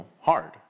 hard